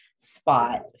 spot